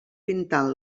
pintant